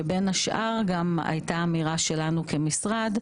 שבין השאר גם הייתה אמירה שלנו כמשרד,